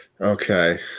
Okay